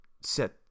set